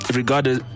regarded